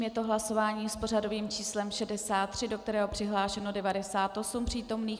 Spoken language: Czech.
Je to hlasování s pořadovým číslem 63, do kterého je přihlášeno 98 přítomných.